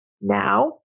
Now